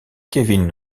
kevin